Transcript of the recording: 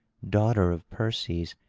daughter of perses,